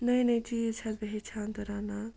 نٔے نٔے چیٖز چھَس بہٕ ہیٚچھان تہٕ رَنان